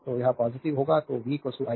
तो यह पॉजिटिव होगा तो v iR